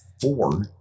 four